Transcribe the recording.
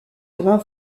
brun